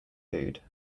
food